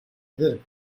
ederim